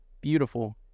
beautiful